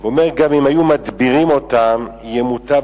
אומר: גם אם היו מדבירים אותם יהיה מוטב